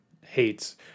hates